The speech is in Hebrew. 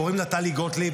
קוראים לה טלי גוטליב.